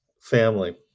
family